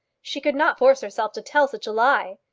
she could not force herself to tell such a lie!